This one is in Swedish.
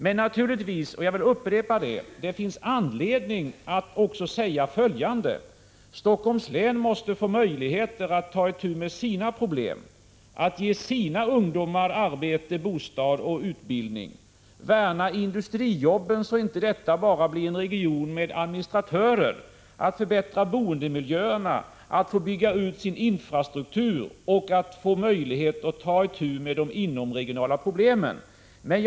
Men jag vill upprepa att det också finns anledning att säga följande: Helsingforss län måste få möjligheter att ta itu med sina problem, att ge sina ungdomar arbete, bostad och utbildning, värna industrijobben, så det inte bara blir en region med administratörer, förbättra boendemiljö och bygga ut infrastrukturen och få möjlighet att ta itu med de inomregionala problemen.